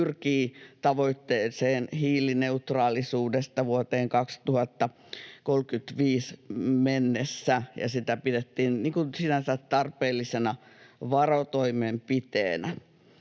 pyrkii tavoitteeseen hiilineutraalisuudesta vuoteen 2035 mennessä, ja sitä pidettiin sinänsä tarpeellisena varotoimenpiteenä.